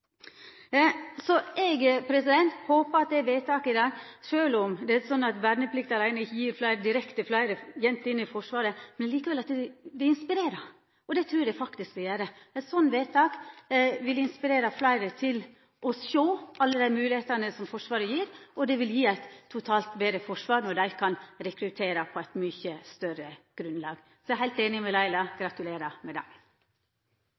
Så eg håpar at vedtaket i dag – sjølv om verneplikta aleine ikkje direkte gjev fleire jenter inn i Forsvaret – likevel inspirerer. Og det trur eg faktisk det gjer. Eit sånt vedtak vil inspirera fleire til å sjå alle dei moglegheitene som Forsvaret gjev, og det vil gje eit totalt betre forsvar når dei kan rekruttera på eit mykje større grunnlag. Så eg er heilt einig med Laila Gustavsen: Gratulerer med dagen.